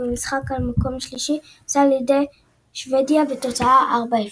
ובמשחק על המקום השלישי הובסה על ידי שוודיה בתוצאה 4 - 0.